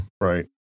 right